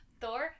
Thor